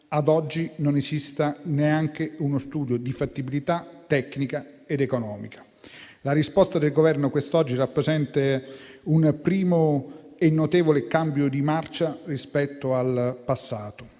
ad oggi non esiste neanche uno studio di fattibilità tecnica ed economica. La risposta del Governo quest'oggi rappresenta un primo e notevole cambio di marcia rispetto al passato.